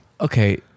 Okay